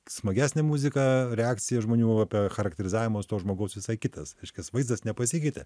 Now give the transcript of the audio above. smagesnę muziką reakcija žmonių apie charakterizavimas to žmogaus visai kitas reiškias vaizdas nepasikeitė